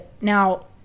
Now